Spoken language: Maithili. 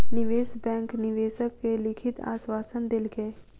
निवेश बैंक निवेशक के लिखित आश्वासन देलकै